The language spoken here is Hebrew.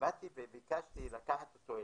באתי וביקשתי לקחת אותו אליי.